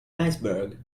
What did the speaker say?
iceberg